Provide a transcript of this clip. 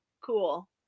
cool